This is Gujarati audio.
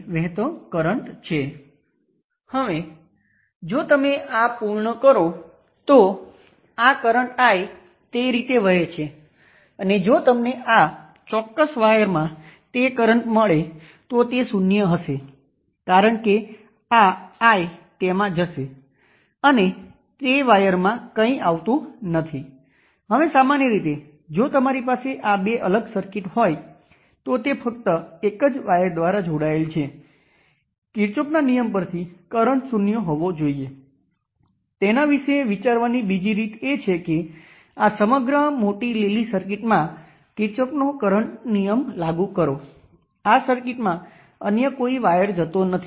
અહીં કરંટ IN એ 10 મિલિએમ્પ્સ અને માઇનસ 5 મિલીએમ્પ્સનો નેગેટિવ સરવાળો છે તેથી તે માઇનસ 5 મિલી એમ્પીયર બરાબર છે શોર્ટ સર્કિટ કરંટ IN આ કિસ્સામાં માઇનસ 5 મિલી એમ્પીયર છે